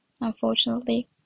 unfortunately